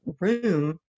room